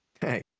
Hey